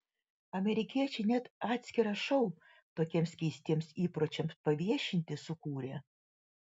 amerikiečiai net atskirą šou tokiems keistiems įpročiams paviešinti sukūrė